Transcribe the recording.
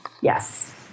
Yes